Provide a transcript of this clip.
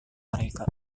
mereka